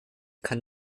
kann